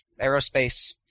aerospace